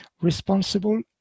responsible